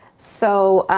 so,